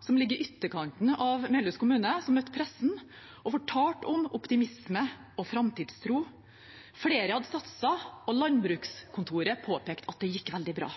som ligger i ytterkanten av Melhus kommune, som møtte pressen og fortalte om optimisme og framtidstro. Flere hadde satset, og landbrukskontoret påpekte at det gikk veldig bra.